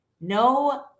No